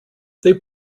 they